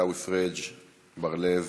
עיסאווי פריג'; בר-לב,